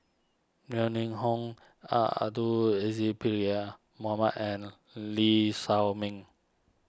Yeo Ning Hong Abdul Aziz and Lee Shao Meng